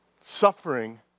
suffering